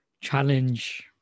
challenge